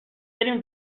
بریم